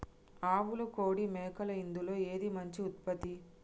ఆవులు కోడి మేకలు ఇందులో ఏది మంచి ఉత్పత్తి?